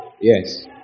Yes